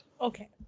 Okay